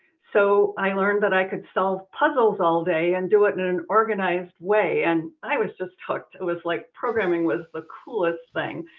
so i learned that i could solve puzzles all day and do it in an organized way. and i was just hooked. it was like, programming was the coolest thing.